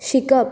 शिकप